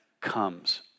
comes